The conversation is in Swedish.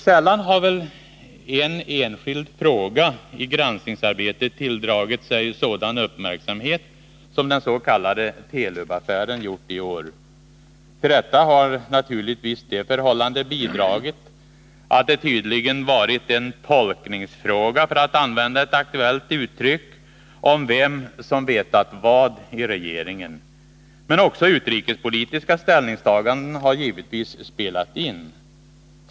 Sällan har en enskild fråga i granskningsarbetet tilldragit sig sådan uppmärksamhet som den s.k. Telub-affären gjort i år. Till detta har naturligtvis det förhållandet bidragit att det tydligen varit en ”tolkningsfråga” — för att använda ett aktuellt uttryck — vem som vetat vad i regeringen. Men också utrikespolitiska ställningstaganden har givetvis spelat in.